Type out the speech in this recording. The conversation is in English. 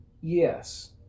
Yes